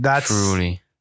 Truly